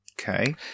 Okay